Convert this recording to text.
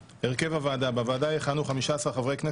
ערכנו כבר דיון בישיבה הקודמת,